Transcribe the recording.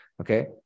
okay